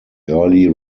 early